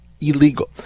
illegal